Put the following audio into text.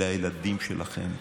אלה הילדים שלכם.